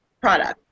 product